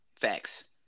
facts